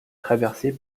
traversée